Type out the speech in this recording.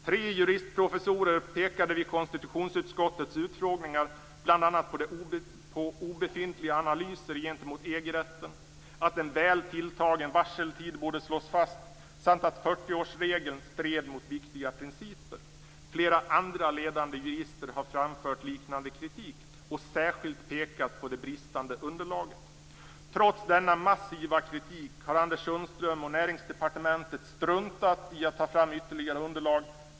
Tre juristprofessorer pekade vid konstitutionsutskottets utfrågningar bl.a. på obefintliga analyser gentemot EG rätten, på att en väl tilltagen varseltid borde slås fast samt på att 40-årsregeln strider mot viktiga principer. Flera andra ledande jurister har framfört liknande kritik och särskilt pekat på det bristande underlaget. Trots denna massiva kritik har Anders Sundström och Näringsdepartementet struntat i att ta fram ytterligare underlag.